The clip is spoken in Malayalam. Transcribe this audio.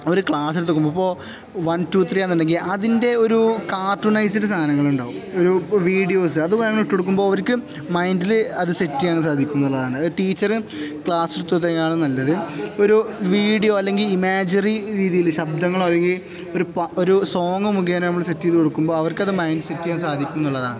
ഒരു ക്ലാസെടുത്ത് കൊടുക്കുമ്പോള് ഇപ്പോള് വൺ ടു ത്രീ ആണെന്നുണ്ടെങ്കില് അതിൻ്റെ ഒരു കാർട്ടൂണൈസ്ഡ് സാധനങ്ങളുണ്ടാകും ഒരു വീഡിയോസ് അത് ഇട്ട് കൊടുക്കുമ്പോള് അവർക്ക് മൈൻഡില് അത് സെറ്റ് ചെയ്യാൻ സാധിക്കുന്നതാണ് ടീച്ചര് ക്ലാസ് എടുത്തുകൊടുക്കുന്നതിനേക്കാളും നല്ലത് ഒരു വീഡിയോ അല്ലെങ്കില് ഇമാജിറി രീതിയില് ശബ്ദങ്ങളോ അല്ലെങ്കില് ഒരു ഒരു സോങ്ങ് മുഖേന നമ്മള് സെറ്റ് ചെയ്തുകൊടുക്കുമ്പോള് അവർക്കത് മൈൻഡില് സെറ്റ് ചെയ്യാൻ സാധിക്കുമെന്നുള്ളതാണ്